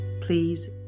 please